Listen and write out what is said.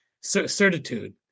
certitude